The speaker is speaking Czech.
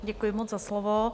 Děkuji moc za slovo.